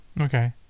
Okay